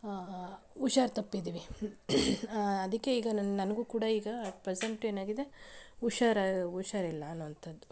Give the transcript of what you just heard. ಹುಷಾರು ತಪ್ಪಿದ್ದೀವಿ ಅದಕ್ಕೆ ಈಗ ನನ್ನ ನನಗೂ ಕೂಡ ಈಗ ಪ್ರೆಸೆಂಟ್ ಏನಾಗಿದೆ ಹುಷಾರು ಹುಷಾರಿಲ್ಲ ಅನ್ನೋಂಥದ್ದು